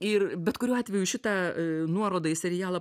ir bet kuriuo atveju šitą nuorodą į serialą